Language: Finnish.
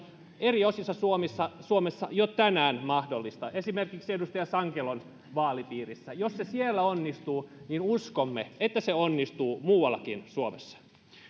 eri osissa suomessa suomessa jo tänään mahdollista esimerkiksi edustaja sankelon vaalipiirissä jos se siellä onnistuu niin uskomme että se onnistuu muuallakin suomessa